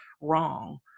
wrong